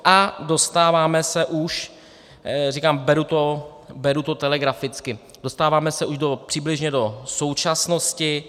A dostáváme se už, říkám, beru to telegraficky, dostáváme se už přibližně do současnosti.